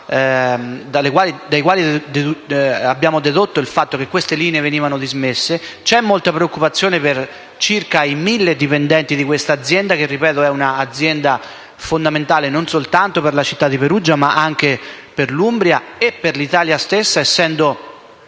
C'è molta preoccupazione per i circa mille dipendenti di questa azienda, che è fondamentale non soltanto per la città di Perugia, ma anche per l'Umbria e per l'Italia stessa, essendo